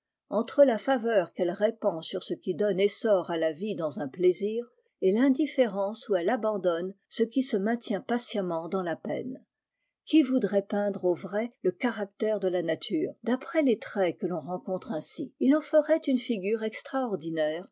entre la faveur qu'elle répand sur ce qui donne essor à laviodans un plaisir et l'indifférence où elle abandonne ce qui se maintient patiemment dans la peine qui voudrait peindre au vrai le caractère de la nature d'après les traits que l'on rencontre ainsi il en ferait une figure extraordinaire